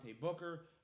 Booker